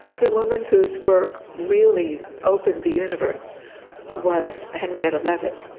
the woman whose work really opened the universe was henrietta leavitt.